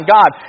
God